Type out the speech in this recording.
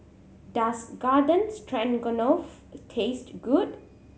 Does Garden Stroganoff taste good